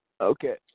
Okay